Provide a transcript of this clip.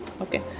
Okay